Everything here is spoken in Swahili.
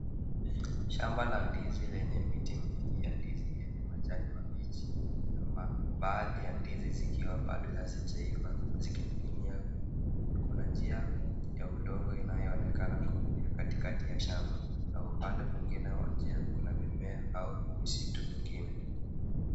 Shamba la ndizi lenye miti mingi ya ndizi yenye majani mabichi. Baadhi ya ndizi zikiwa bado hazijaiva zikining'inia, kuna njia ya udongo inayoonekana kupitia katikati ya shamba na upande mwingine wa njia kuna mimea au misitu mingine.